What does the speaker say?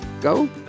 Go